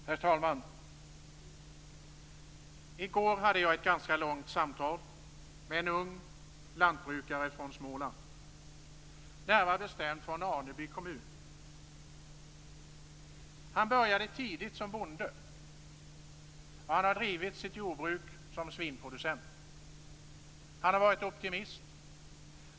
Herr talman! I går hade jag ett ganska långt samtal med en ung lantbrukare från Småland, närmare bestämt från Aneby kommun. Han började tidigt som bonde, och han har drivit sitt jordbruk som svinproducent. Han har varit optimist.